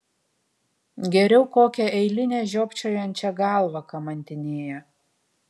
geriau kokią eilinę žiopčiojančią galvą kamantinėja